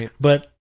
But-